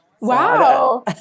Wow